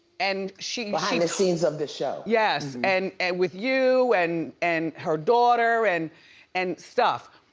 and she behind the scenes of the show. yes, and with you and and her daughter and and stuff.